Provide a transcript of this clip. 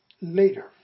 later